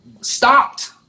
stopped